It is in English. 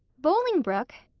bolingbroke!